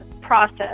process